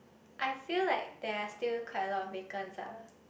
I feel like there are still quite a lot of vacants ah